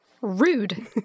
Rude